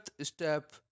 step